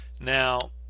Now